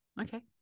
Okay